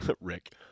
Rick